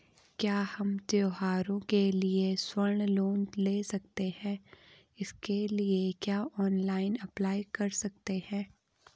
क्या हम त्यौहारों के लिए स्वर्ण लोन ले सकते हैं इसके लिए क्या ऑनलाइन अप्लाई कर सकते हैं?